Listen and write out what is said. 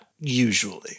usually